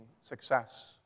success